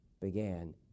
began